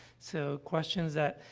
so questions that,